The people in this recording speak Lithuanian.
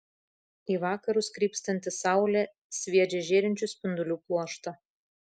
į vakarus krypstanti saulė sviedžia žėrinčių spindulių pluoštą